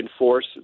enforce